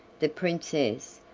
the princess,